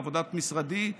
בעבודת משרדי,